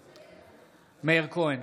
בעד מאיר כהן,